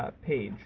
ah page